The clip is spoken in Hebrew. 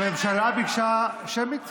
הממשלה ביקשה שמית?